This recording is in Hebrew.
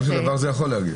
בסופו של דבר זה יכול להגיע.